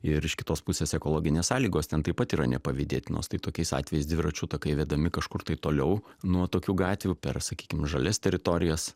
ir iš kitos pusės ekologinės sąlygos ten taip pat yra nepavydėtinos tai tokiais atvejais dviračių takai vedami kažkur toliau nuo tokių gatvių per sakykim žalias teritorijas